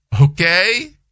Okay